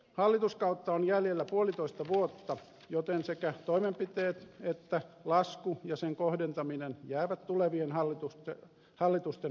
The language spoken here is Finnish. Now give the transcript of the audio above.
hallituskautta on jäljellä puolitoista vuotta joten sekä toimenpiteet että lasku ja sen kohdentaminen jäävät tulevien hallitusten murheeksi